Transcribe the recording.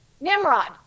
Nimrod